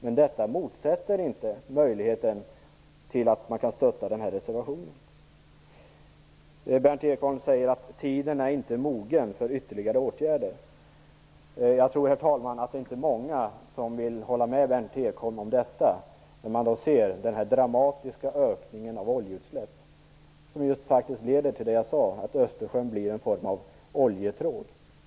Men detta motsäger inte möjligheten att stödja reservationen. Berndt Ekholm säger att tiden inte är mogen för ytterligare åtgärder. Jag tror, herr talman, inte att det är många som vill hålla med Berndt Ekholm om detta. Man ser ju en dramatisk ökning av oljeutsläppen som faktiskt leder till just det jag sade; Östersjön blir en form av oljetråg.